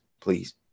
Please